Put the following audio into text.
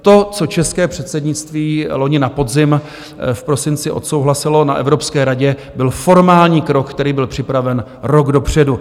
To, co české předsednictví loni na podzim v prosinci odsouhlasilo na Evropské radě, byl formální krok, který byl připraven rok dopředu.